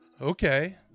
Okay